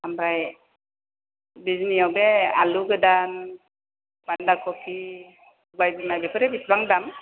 ओमफ्राय बिजनियाव बे आलु गोदान बान्दा कफि सबाय बिमा बेफोरो बिसिबां दाम